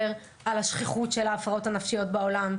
על השכיחות של ההפרעות הנפשיות בעולם,